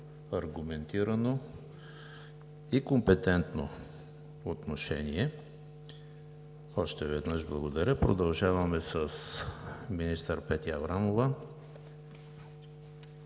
аргументирано и компетентно отношение. Още веднъж – благодаря. Продължаваме с министър Петя Аврамова.